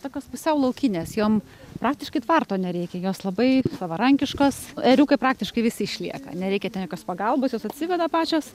tokios pusiau laukinės jom praktiškai tvarto nereikia jos labai savarankiškos ėriukai praktiškai visi išlieka nereikia jokios pagalbos jos atsiveda pačios